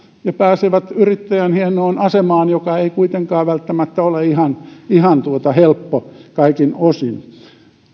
ja he pääsevät yrittäjän hienoon asemaan joka ei kuitenkaan välttämättä ole ihan ihan helppo kaikin osin